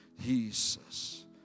Jesus